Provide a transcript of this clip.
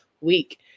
week